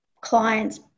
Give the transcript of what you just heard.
clients